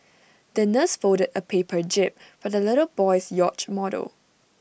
the nurse folded A paper jib for the little boy's yacht model